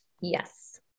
Yes